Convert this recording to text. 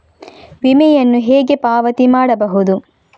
ವಿಮೆಯನ್ನು ಹೇಗೆ ಪಾವತಿ ಮಾಡಬಹುದು?